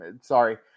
sorry